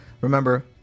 Remember